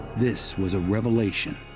this was a revelation.